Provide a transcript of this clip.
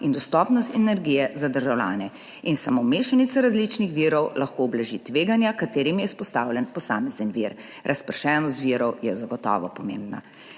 in dostopnost energije za državljane. Samo mešanica različnih virov lahko ublaži tveganja, ki jim je izpostavljen posamezen vir. Razpršenost virov je zagotovo pomembna.